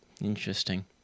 Interesting